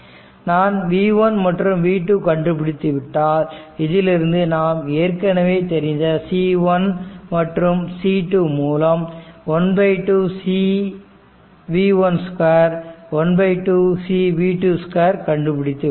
நான் V1 மற்றும் V2 கண்டுபிடித்துவிட்டால் இதிலிருந்து நாம் நமக்கு ஏற்கனவே தெரிந்த c1 மற்றும் c 2 மூலம் 12 cv 1 2 12 cv 2 2 கண்டுபிடித்து விடலாம்